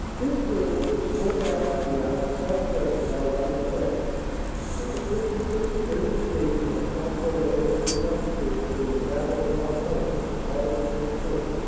this village was four thousand yards southwest of our right flank and the fifty sixth. british division had fought their way up to its outski rts during the battle of bapaume on aug. twenty four.